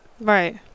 right